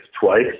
twice